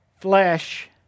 flesh